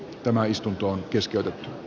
tämä istuntoon keski